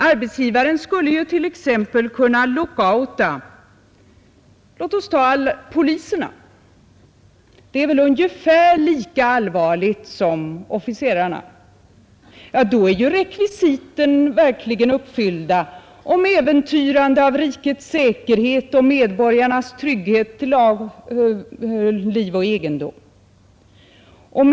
Arbetsgivaren skulle t.ex. kunna lockouta alla poliser. Det är väl ungefär lika allvarligt som officerarna. Då är ju rekvisiten om äventyrandet av rikets säkerhet och medborgarnas trygghet till liv och egendom verkligen uppfyllda.